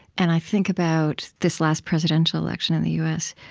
and i think about this last presidential election in the u s,